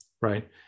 Right